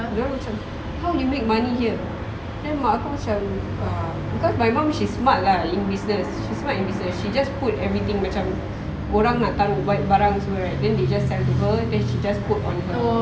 dorang macam how you make money here then mak aku macam uh cause my mum she smart lah in business she smart in business she just put everything macam orang nak taruk barang tu semua kan then they just tell people then she just put on her barang